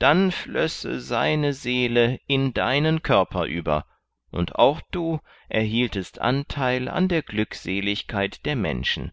dann flösse seine seele in deinen körper über und auch du erhieltest anteil an der glückseligkeit der menschen